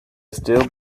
still